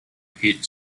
paid